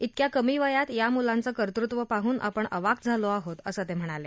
जेक्या कमी वयात या मुलांचं कर्तृत्व पाहून आपण अवाक झालो आहोत असं ते म्हणाले